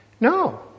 No